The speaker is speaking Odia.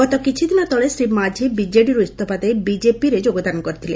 ଗତ କିଛିଦିନ ତଳେ ଶ୍ରୀ ମାଝି ବିଜେଡିରୁ ଇସ୍ତଫା ଦେଇ ବିଜେପିରେ ଯୋଗଦାନ କରିଥିଲେ